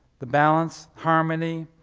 the balance, harmony,